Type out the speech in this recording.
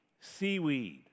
Seaweed